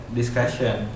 discussion